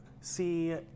see